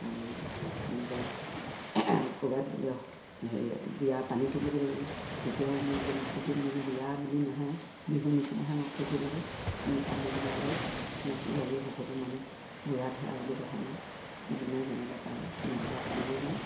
আৰু এনেকৈ ক'ৰবাত বোলে হেৰি বিয়াৰ পানী তুলিবলৈ গ'লোঁ তেতিয়াও আমি একদম ফূৰ্তিত মানে বিয়া বুলি নহয় আৰু বিহু নিচিনাহে আমাৰ ফূৰ্তি লাগে আমি পানী তোলাৰ লগত নাচি বাগি সকলো মানে বুঢ়া ঠেৰা বুলি কথা নাই যোনে যেনেকৈ পাৰে নাচ বাগ কৰিয়ে যাওঁ